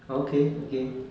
okay okay